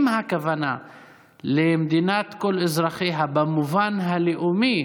אם הכוונה למדינת כל אזרחיה במובן הלאומי,